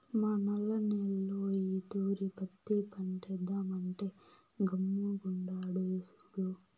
మా నల్ల నేల్లో ఈ తూరి పత్తి పంటేద్దామంటే గమ్ముగుండాడు సూడు